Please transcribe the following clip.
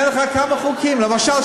אתן לך כמה חוקים: למשל,